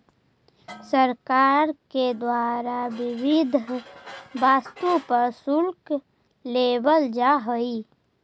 सरकार के द्वारा विविध वस्तु पर शुल्क लेवल जा हई